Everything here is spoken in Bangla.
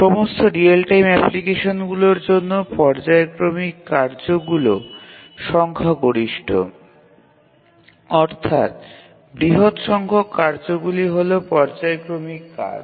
সমস্ত রিয়েল টাইম অ্যাপ্লিকেশনগুলির জন্য পর্যায়ক্রমিক কার্যগুলি সংখ্যাগরিষ্ঠ অর্থাৎ বৃহৎ সংখ্যক কার্যগুলি হল পর্যায়ক্রমিক কাজ